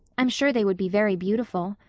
i'm sure they would be very beautiful.